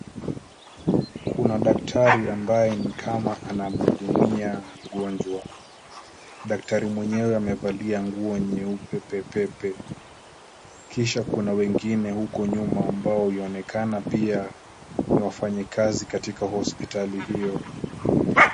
Kuna daktari ambaye ni kama anamhudumia mgonjwa. Daktari mwenyewe amevalia nguo nyeupe pepepe, kisha kuna wengine uko nyuma ambao yuonekana pia ni wafanyikazi katika hospitali hiyo.